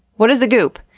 what is the goop?